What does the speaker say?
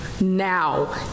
Now